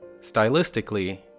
Stylistically